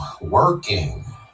working